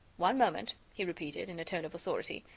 one moment, he repeated, in a tone of authority.